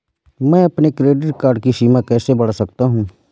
मैं अपने credit card की सीमा कैसे बढ़ा सकता हूँ?